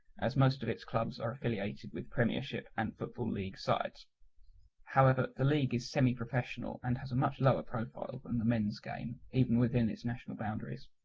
as most its clubs are affiliated with premiership and football league sides however, the league is semi-professional and has a much lower profile than the men's game even within its national boundaries.